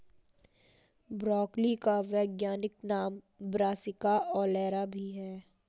broccoli का वैज्ञानिक नाम ब्रासिका ओलेरा भी है